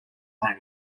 knee